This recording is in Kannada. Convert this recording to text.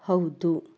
ಹೌದು